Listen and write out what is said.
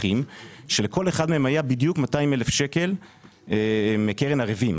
שלכל אחד מהם היה בדיוק 200,000 שקלים מקרן ערבים.